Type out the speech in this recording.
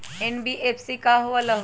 NBFC का होलहु?